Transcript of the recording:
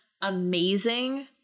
amazing